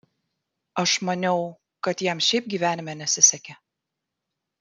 aš maniau kad jam šiaip gyvenime nesisekė